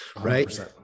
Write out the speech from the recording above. right